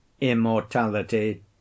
immortality